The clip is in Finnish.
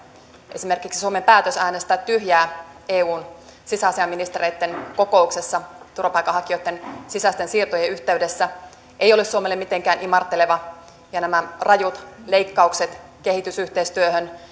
esimerkiksi suomen päätös äänestää tyhjää eun sisäasiainministereitten kokouksessa turvapaikanhakijoitten sisäisten siirtojen yhteydessä ei ole suomelle mitenkään imarteleva ja nämä rajut leikkaukset kehitysyhteistyöhön